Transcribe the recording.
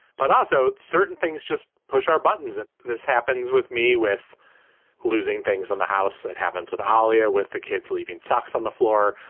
but also certain things just push our buttons and this happens with me with losing things on the house that happens with olea, with the kids leaving socks on the floor.